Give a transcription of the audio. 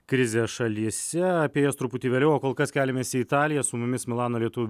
krizę šalyse apie jas truputį vėliau o kol kas keliamės į italiją su mumis milano lietuvių